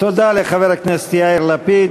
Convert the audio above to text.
תודה לחבר הכנסת יאיר לפיד.